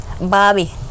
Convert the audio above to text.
Bobby